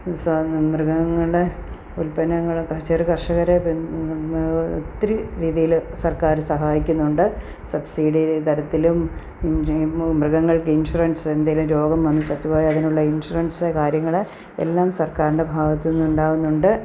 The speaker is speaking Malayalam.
സാ മൃഗങ്ങളുടെ ഉല്പന്നങ്ങളൊക്കെ ചെറുകർഷകരെ ഒത്തിരി രീതിയിൽ സർക്കാർ സഹായിക്കുന്നുണ്ട് സബ്സിഡി തരത്തിലും മൃഗങ്ങൾക്ക് ഇൻഷുറൻസ് എന്തെങ്കിലും രോഗം വന്ന് ചത്തുപോയാൽ അതിനുള്ള ഇൻഷുറൻസ് കാര്യങ്ങൾ എല്ലാം സർക്കാരിൻ്റെ ഭാഗത്ത് നിന്നുണ്ടാകുന്നുണ്ട്